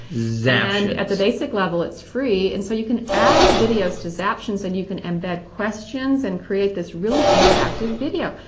zaptions. and, at the basic level, it's free. and so you can add videos to zaptions and you can embed questions and create this really interactive video.